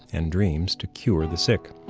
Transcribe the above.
and dreams to cure the sick.